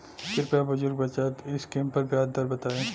कृपया बुजुर्ग बचत स्किम पर ब्याज दर बताई